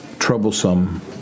Troublesome